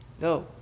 No